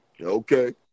Okay